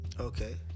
okay